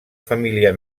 família